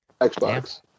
Xbox